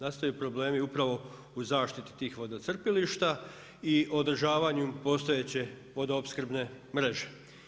Nastaju problemu pravo u zaštiti tih vodocrpilišta i održavanju postojeće vodoopskrbne mreže.